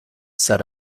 set